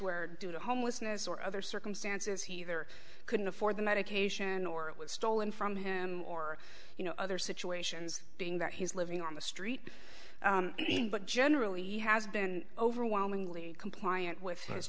where due to homelessness or other circumstances he either couldn't afford the medication or it was stolen from him or you know other situations being that he's living on the street but generally has been overwhelmingly compliant with his